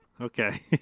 Okay